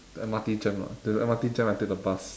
the M_R_T jam or not the M_R_T jam I take the bus